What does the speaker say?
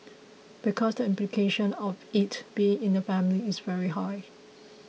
because the implication of it being in the family is very high